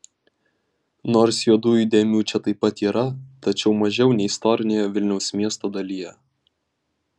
nors juodųjų dėmių čia taip pat yra tačiau mažiau nei istorinėje vilniaus miesto dalyje